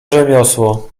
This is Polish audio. rzemiosło